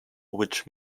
which